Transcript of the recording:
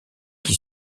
qui